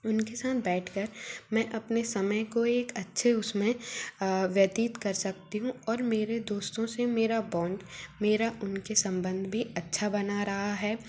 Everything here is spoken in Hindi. उनके साथ बैठकर मैं अपने समय को एक अच्छे उसमें व्यतीत कर सकती हूँ और मेरे दोस्तों से मेरा बॉन्ड मेरा उनके संबंध भी अच्छा बना रहा है